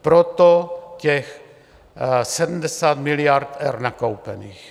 Proto těch 70 miliard nakoupených.